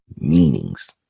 meanings